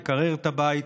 לקרר את הבית